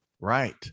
Right